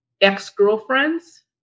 ex-girlfriends